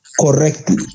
Correctly